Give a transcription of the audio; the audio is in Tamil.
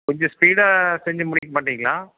கொஞ்சம் ஸ்பீடாக செஞ்சு முடிக்க மாட்டிங்களா